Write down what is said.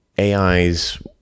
AIs